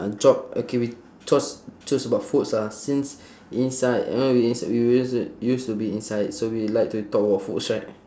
job okay we choose choose about foods ah since inside you know we ins~ we used to used to be inside so we like to talk about foods right